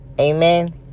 amen